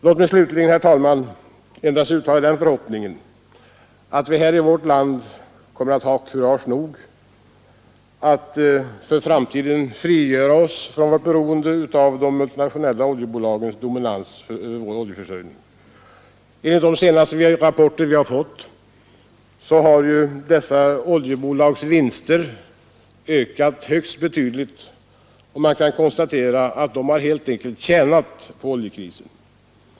Låt mig slutligen, herr talman, endast uttala den förhoppningen att vi här i vårt land skall ha kurage nog att för framtiden frigöra oss från vårt beroende av de multinationella oljebolagens dominans över vår oljeförsörjning. Enligt de senaste rapporter vi har fått har dessa bolags vinster ökat högst betydligt, och man kan konstatera att de helt enkelt har tjänat på oljekrisen.